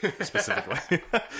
specifically